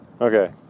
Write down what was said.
Okay